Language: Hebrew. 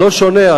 לא שונה,